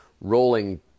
rolling